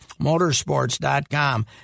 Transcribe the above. Motorsports.com